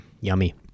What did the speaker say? yummy